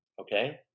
okay